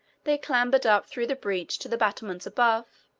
they clambered up through the breach to the battlements above,